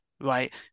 right